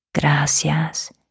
Gracias